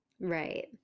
Right